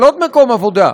על עוד מקום עבודה.